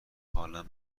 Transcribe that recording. حالا